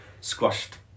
squashed